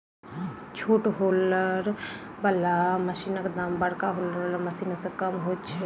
छोट हौलर बला मशीनक दाम बड़का हौलर बला मशीन सॅ कम होइत छै